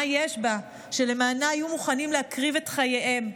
מה יש בה שלמענה היו מוכנים להקריב את חייהם?